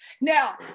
Now